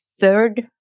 third